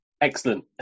Excellent